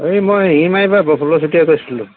এই মই শিঙিমাৰিৰ পৰা প্ৰফুল্ল চেতিয়াই কৈছিলোঁ